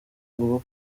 ubwo